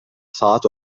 saat